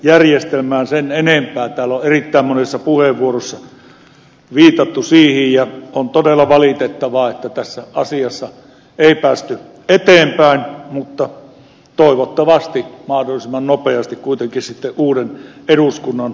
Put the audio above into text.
täällä on erittäin monissa puheenvuoroissa viitattu siihen ja on todella valitettavaa että tässä asiassa ei päästy eteenpäin mutta toivottavasti päästään mahdollisimman nopeasti kuitenkin sitten uuden eduskunnan aikana